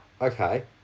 Okay